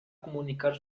comunicar